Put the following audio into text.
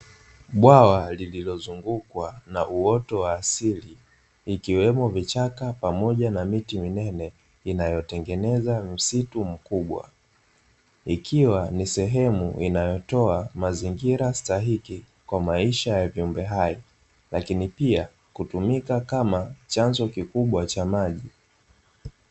Bwawa lililozungukwa na uoto wa asili, ikiwemo vichaka pamoja na miti minene inayotengeneza msitu mkubwa. Ikiwa ni sehemu inayotoa mazingira stahiki kwa maisha ya viumbe hai, lakini pia kutumika kama chanzo kikubwa cha maji.